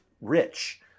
rich